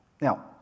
Now